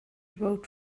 vote